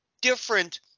different